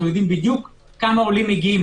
אנחנו יודעים בדיוק כמה עולים מגיעים